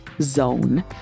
zone